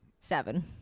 Seven